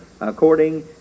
according